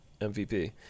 MVP